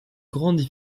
grandes